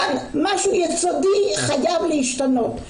כאן משהו יסודי חייב להשתנות,